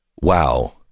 wow